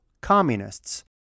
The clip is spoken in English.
communists